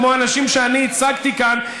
כמו הנשים שאני הצגתי כאן,